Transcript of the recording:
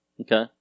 Okay